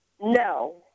No